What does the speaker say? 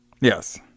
Yes